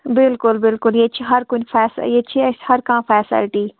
بِلکُل بِلکُل ییٚتہِ چھِ ہر کُنہِ فٮ۪س ییٚتہِ چھِ اَسہِ ہر کانٛہہ فٮ۪سَلٹی